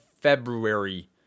February